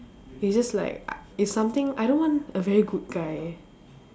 it's just like it's something I don't want a very good guy